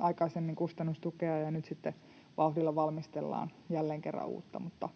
aikaisemmin jaossa kustannustukea ja nyt sitten vauhdilla valmistellaan jälleen kerran uutta.